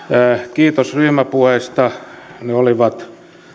kiitos ryhmäpuheista ne olivat